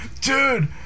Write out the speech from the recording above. dude